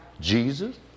Jesus